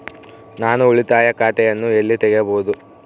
ನಾನು ಉಳಿತಾಯ ಖಾತೆಯನ್ನು ಎಲ್ಲಿ ತೆರೆಯಬಹುದು?